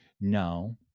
no